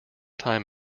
time